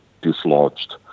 dislodged